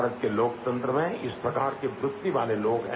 भारत के लोकतंत्र में इस प्रकार के वृत्ति वाले लोग हैं